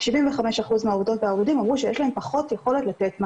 75 אחוזים מהעובדות והעובדים אמרו שיש להם פחות יכולת לתת מענה.